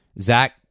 Zach